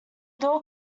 door